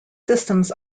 systems